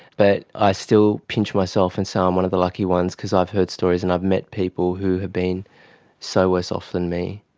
but i still pinch myself and say i'm one of the lucky ones because i've heard stories and i've met people who have been so worse off than me.